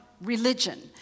religion